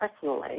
personally